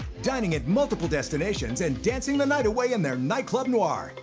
dining at multiple destinations and dancing the night away in their nightclub noir.